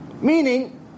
Meaning